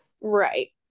Right